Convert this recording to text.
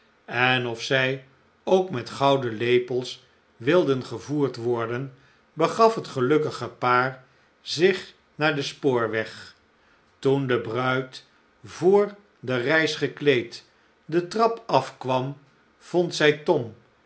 en of zij ook met gouden lepels wilden gevoerd worden begaf het gelukkige paar zich naar den spoorweg toen is dat nu niet kazend pbettig de bruid voor de reis gekleed de trap af kwam vond zij tom